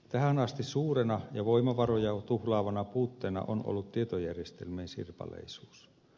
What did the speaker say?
tähän asti suurena ja voimavaroja tuhlaavana puutteena on ollut tietojärjestelmien sirpaleisuus